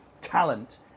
talent